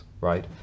right